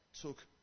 took